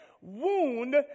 Wound